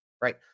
right